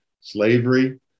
Slavery